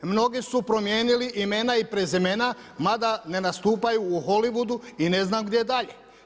Mnogi su promijenili imena i prezimena mada ne nastupaju u Hollywoodu i ne znam gdje dalje.